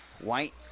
White